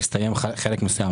הסתיים חלק מסוים.